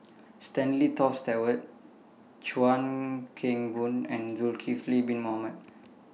Stanley Toft Stewart Chuan Keng Boon and Zulkifli Bin Mohamed